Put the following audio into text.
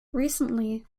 recently